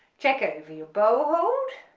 check over your bow hold,